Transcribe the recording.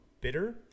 bitter